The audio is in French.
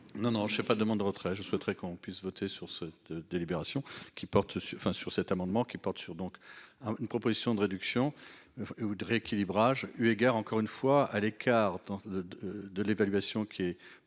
non, je ne sais pas, demande de retrait, je souhaiterais qu'on puisse voter sur ceux de délibération qui porte sur enfin sur cet amendement, qui porte sur donc une proposition de réduction ou de rééquilibrage, eu égard, encore une fois à l'écart de, de, de l'évaluation qui est